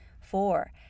Four